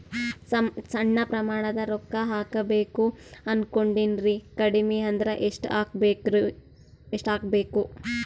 ಸಣ್ಣ ಪ್ರಮಾಣದ ರೊಕ್ಕ ಹಾಕಬೇಕು ಅನಕೊಂಡಿನ್ರಿ ಕಡಿಮಿ ಅಂದ್ರ ಎಷ್ಟ ಹಾಕಬೇಕು?